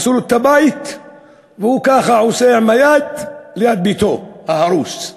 הרסו לו את הבית והוא ככה עושה עם היד ליד ביתו ההרוס.